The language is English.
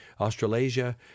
australasia